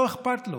לא אכפת לו.